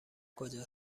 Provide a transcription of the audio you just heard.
کجا